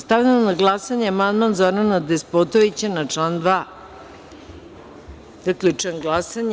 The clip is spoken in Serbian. Stavljam na glasanje amandman Zorana Despotovića na član 2. Zaključujem glasanje.